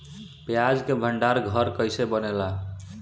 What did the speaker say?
प्याज के भंडार घर कईसे बनेला?